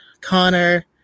Connor